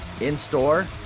in-store